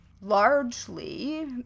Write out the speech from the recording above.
largely